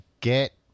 Get